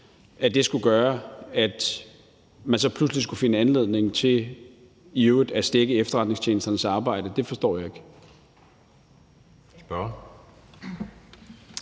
i, så skulle man pludselig finde anledning til i øvrigt at stække efterretningstjenesternes arbejde? Det forstår jeg ikke.